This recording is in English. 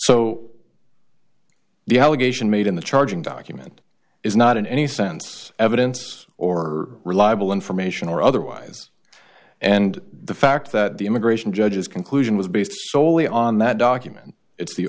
so the allegation made in the charging document is not in any sense evidence or reliable information or otherwise and the fact that the immigration judges conclusion was based solely on that document it's the